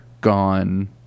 gone